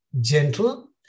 gentle